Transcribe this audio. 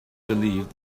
believed